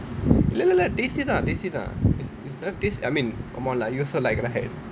ya ya ya taste it lah taste it lah the taste I mean come on lah you also like right